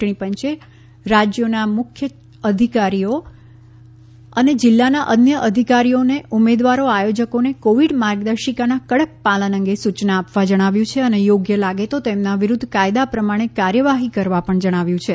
ચૂંટણીપંચે રાજ્યોના મુખ્ય ચૂંટણી અધિકારીઓ અને જીલ્લાના અન્ય અધિકારીઓને ઉમેદવારો આયોજકોને કોવિડ માર્ગદર્શિકાના કડક પાલન અંગે સૂચના આપવા જણાવ્યું છે અને યોગ્ય લાગે તો તેમના વિરૂધ્ધ કાયદા પ્રમાણે કાર્યવાહી કરવા પણ જણાવ્યું છે